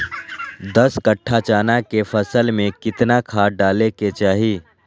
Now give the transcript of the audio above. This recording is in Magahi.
दस कट्ठा चना के फसल में कितना खाद डालें के चाहि?